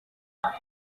aba